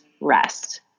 rest